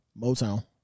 Motown